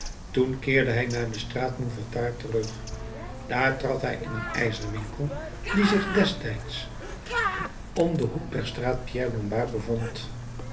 toen keerde hij naar de straat mouffetard terug daar trad hij in een ijzerwinkel die zich destijds om den hoek der straat pierre lombard bevond